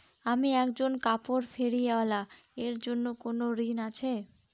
আমি একজন কাপড় ফেরীওয়ালা এর জন্য কোনো ঋণ আছে?